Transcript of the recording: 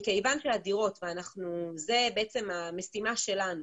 זו המשימה שלנו,